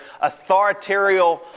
authoritarian